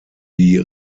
die